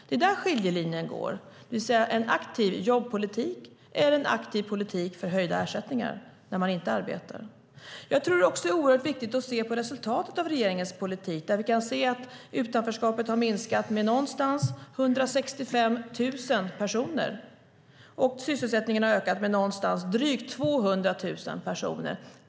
Det är där skiljelinjen går, det vill säga en aktiv jobbpolitik eller en aktiv politik för höjda ersättningar när man inte arbetar. Jag tror också att det är oerhört viktigt att se på resultatet av regeringens politik. Där kan vi se att utanförskapet har minskat med någonstans runt 165 000 personer och sysselsättningen har ökat med drygt 200 000 personer.